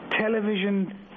television